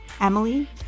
Emily